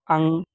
आं